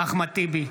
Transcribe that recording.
אחמד טיבי,